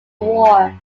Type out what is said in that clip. war